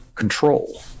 Control